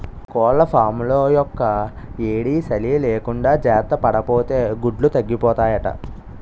కోళ్లఫాంలో యెక్కుయేడీ, సలీ లేకుండా జార్తపడాపోతే గుడ్లు తగ్గిపోతాయట